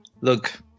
Look